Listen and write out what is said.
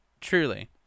Truly